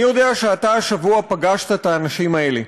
אני יודע שאתה השבוע פגשת את האנשים האלה,